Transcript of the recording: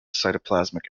cytoplasmic